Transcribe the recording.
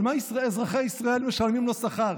על מה אזרחי ישראל משלמים לו שכר?